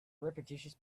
repetitious